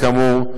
כאמור,